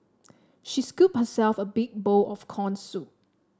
she scooped herself a big bowl of corn soup